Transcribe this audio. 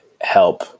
help